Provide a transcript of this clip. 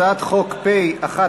הצעת החוק פ/1489,